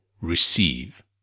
receive